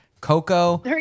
Coco